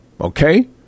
okay